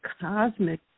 cosmic